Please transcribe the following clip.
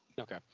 Okay